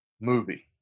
movie